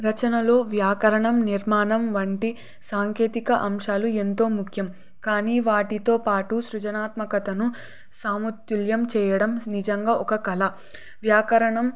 రచనలో వ్యాకరణం నిర్మాణం వంటి సాంకేతిక అంశాలు ఎంతో ముఖ్యం కానీ వాటితో పాటు సృజనాత్మకతను సామతుల్యం చేయడం నిజంగా ఒక కళ వ్యాకరణం